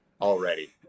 already